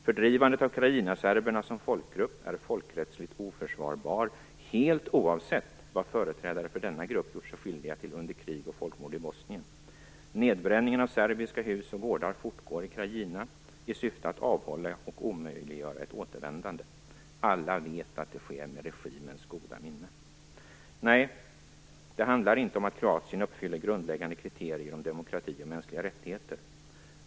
Fördrivandet av krajinaserberna som folkgrupp är folkrättsligt oförsvarbar helt oavsett vad företrädare för denna grupp gjort sig skyldiga till under krig och folkmord i Nedbränningen av serbiska hus och gårdar fortgår i Krajina i syfte att avhålla från och omöjliggöra ett återvändande. Alla vet att det sker med regimens goda minne. Nej, det handlar inte om att Kroatien uppfyller grundläggande kriterier om demokrati och mänskliga rättigheter.